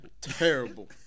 Terrible